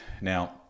Now